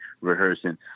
rehearsing